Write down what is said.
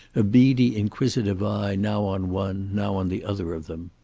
a beady inquisitive eye now on one, now on the other of them.